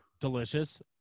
Delicious